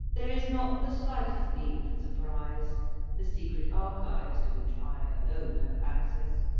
there is not the slightest need for surprise the secret archives, to which i alone have access,